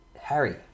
Harry